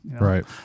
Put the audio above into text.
Right